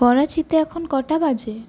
করাচিতে এখন কটা বাজে